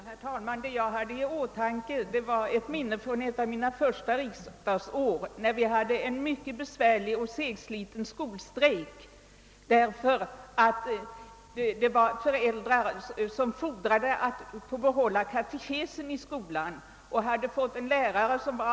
Herr talman! Jag hade i åtanke ett minne från ett av mina första riksdagsår, när vi hade en mycket besvärlig och segsliten skolstrejk. Den berodde på att föräldrar fordrade att få behålla katekesen i skolan.